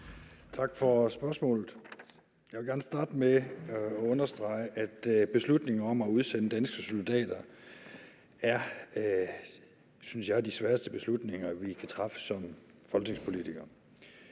Tak for spørgsmålet. Jeg vil gerne starte med at understrege, at beslutninger om at udsende danske soldater er, synes jeg, de sværeste beslutninger, vi kan træffe som folketingspolitikere.